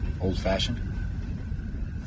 old-fashioned